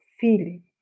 feeling